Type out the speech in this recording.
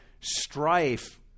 strife